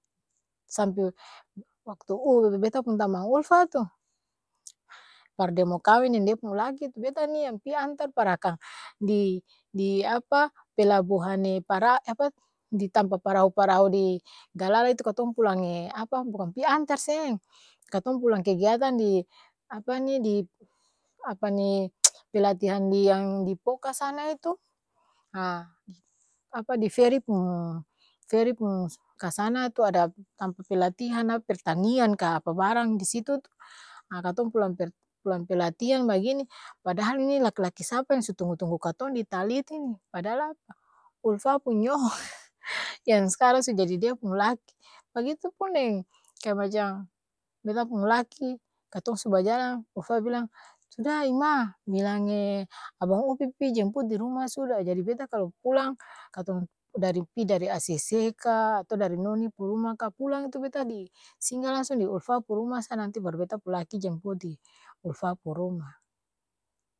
Samp waktu beta pung tamang ulfa tu, par de mo kaweng deng de pung laki tu beta ni yang pi antar par akang di di pelabuhan di tampa parao-parao di galala itu katong pulang bukang pi antar seng katong pulang kegiatan di pelatihan di di-poka sana itu di feri pung feri-pung kasana tu tampa pelatihan apa pertanian ka apa barang disitu tu katong pulang pert pulang pelatihan bagini padahal ini laki-laki sapa yang su tunggu-tunggu katong di talit ini padahal apa ulfa pung nyong yang s'karang su jadi dia pung laki bagitu pung deng beta pung laki katong su bajalang ulfa bilang suda ima bilang abang upi pi jemput di ruma suda! Jadi beta kalo pulang katong dari pi dari acc ka ato dari noni pung ruma ka pulang itu beta di singga langsung di ulfa pung ruma sa nanti baru beta pung laki jemput di ulfa pung ruma.